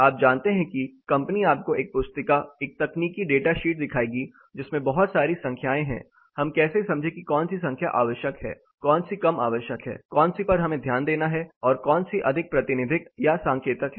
आप जानते हैं कि कंपनी आपको एक पुस्तिका एक तकनीकी डाटा शीट दिखाएगी जिसमें बहुत सारी संख्याएँ हैं हम कैसे समझे कि कौन सी संख्या आवश्यक है कौन सी कम आवश्यक है कौन सी पर हमें ध्यान देना है और कौन सी अधिक प्रतिनिधिक या सांकेतिक है